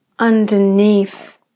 Underneath